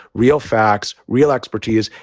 real facts, real expertise,